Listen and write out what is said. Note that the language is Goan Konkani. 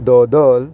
दोदोल